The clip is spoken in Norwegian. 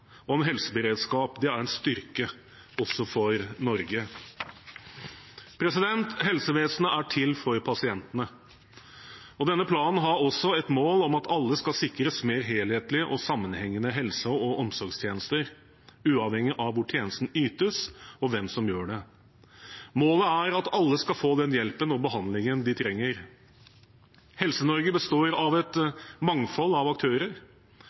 om helseberedskap er en styrke også for Norge. Helsevesenet er til for pasientene. Denne planen har også et mål om at alle skal sikres mer helhetlige og sammenhengende helse- og omsorgstjenester – uavhengig av hvor tjenesten ytes, og hvem som yter den. Målet er at alle skal få den hjelpen og behandlingen de trenger. Helse-Norge består av et mangfold av aktører,